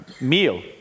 meal